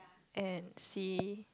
and C